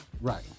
Right